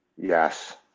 Yes